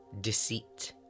deceit